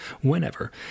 whenever